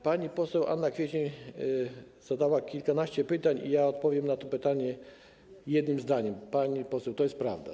Pani poseł Anna Kwiecień zadała kilkanaście pytań, odpowiem na nie jednym zdaniem: pani poseł, to jest prawda.